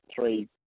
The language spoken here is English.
three